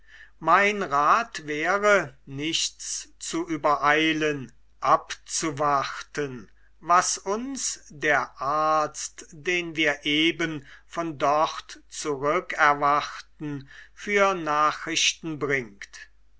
mein rat wäre nichts zu übereilen abzuwarten was uns der arzt den wir eben von dort zurückerwarten für nachrichten bringt